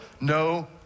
no